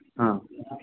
ہاں